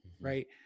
right